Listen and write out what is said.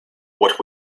what